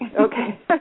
Okay